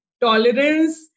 tolerance